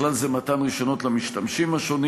ובכלל זה מתן רישיונות למשתמשים השונים